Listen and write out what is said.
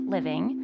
Living